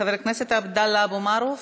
חבר הכנסת עבדאללה אבו מערוף,